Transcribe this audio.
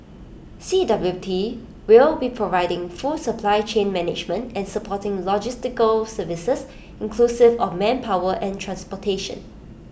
C W T will be providing full supply chain management and supporting logistical services inclusive of manpower and transportation